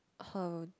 her